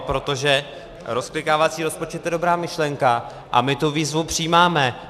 Protože rozklikávací rozpočet je dobrá myšlenka a my tu výzvu přijímáme.